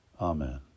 Amen